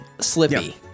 slippy